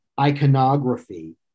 iconography